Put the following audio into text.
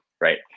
right